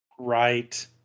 right